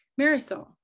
Marisol